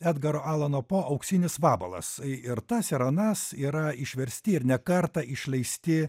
edgaro alano po auksinis vabalas ir tas ir anas yra išversti ir ne kartą išleisti